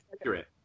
accurate